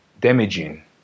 damaging